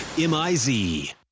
M-I-Z